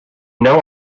know